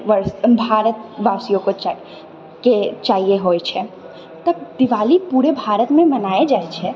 वर्ष भारत वर्ष के चाहिए होइ छै तऽ दिवाली पूरे भारतमे मनायल जाइ छै